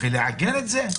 ולעגן את זה.